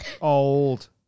old